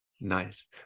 Nice